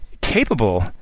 capable